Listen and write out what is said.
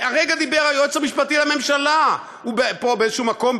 הרגע דיבר היועץ המשפטי לממשלה פה באיזה מקום,